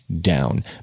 down